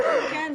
ואם כן,